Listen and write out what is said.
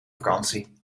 vakantie